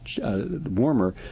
warmer